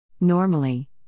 Normally